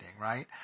right